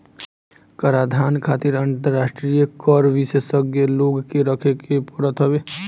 कराधान खातिर अंतरराष्ट्रीय कर विशेषज्ञ लोग के रखे के पड़त हवे